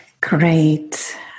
great